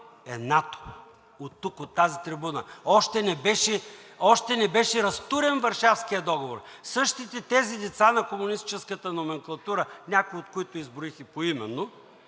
е НАТО“. От тук, от тази трибуна! Още не беше разтурен Варшавският договор. Същите тези деца на комунистическата номенклатура, някои от които изброих и поименно,